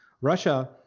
Russia